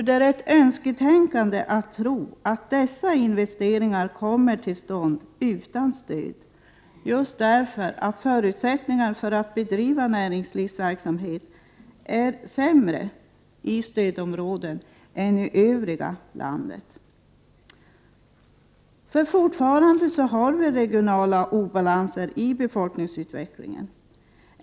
Det är ett önsketänkande att tro att dessa investeringar kommer till stånd utan stöd, eftersom just förutsättningarna för att bedriva näringslivsverksamhet är sämre i stödområdena än i övriga landet. Fortfarande finns det regionala obalanser i befolkningsutvecklingen.